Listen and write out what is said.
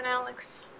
Alex